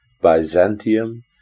Byzantium